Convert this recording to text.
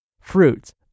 Fruits